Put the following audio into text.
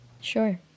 Sure